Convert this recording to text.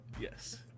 Yes